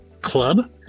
club